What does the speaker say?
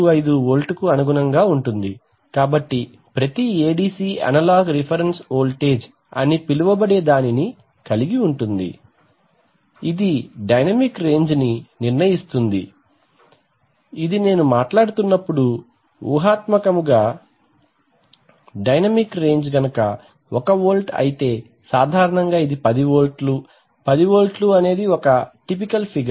125 వోల్ట్కు అనుగుణంగా ఉంటుంది కాబట్టి ప్రతి ADC అనలాగ్ రిఫరెన్స్ వోల్టేజ్ అని పిలవబడే దానిని కలిగి ఉంటుంది ఇది డైనమిక్ రేంజ్ ని నిర్ణయిస్తుంది ఇది నేను మాట్లాడుతున్నప్పుడు ఊహాత్మకముగా డైనమిక్ రేంజ్ 1 వోల్ట్ అయితే సాధారణంగా ఇది 10 వోల్ట్లు 10 వోల్ట్లుఅనేది ఒక టిపికల్ ఫిగర్